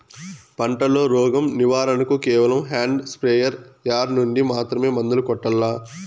పంట లో, రోగం నివారణ కు కేవలం హ్యాండ్ స్ప్రేయార్ యార్ నుండి మాత్రమే మందులు కొట్టల్లా?